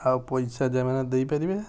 ଆଉ ପଇସା ଯେମାନେ ଦେଇପାରିବେ